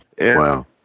Wow